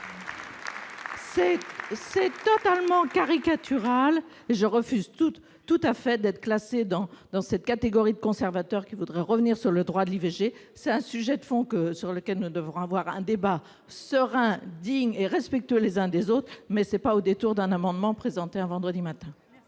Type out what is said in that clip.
C'est totalement caricatural, et je refuse absolument d'être classée dans la catégorie des conservateurs qui voudraient revenir sur le droit de l'IVG. C'est un sujet de fond qui mérite un débat serein, digne et respectueux des uns et des autres, qui ne saurait être traité au détour d'un amendement présenté un vendredi matin.